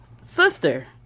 Sister